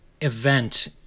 event